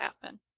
happen